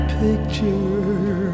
picture